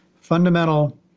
fundamental